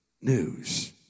news